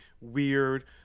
weird